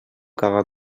caga